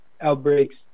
outbreaks